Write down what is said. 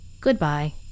Goodbye